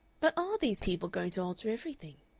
but are these people going to alter everything?